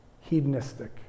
Hedonistic